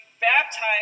baptized